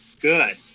good